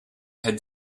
had